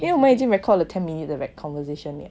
因为我们已经 record 了 ten minutes 的 conversation liao